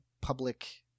Public